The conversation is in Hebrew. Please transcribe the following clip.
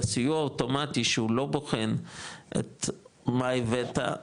בסיוע אוטומטי שהוא לא בוחן את מה הבאת,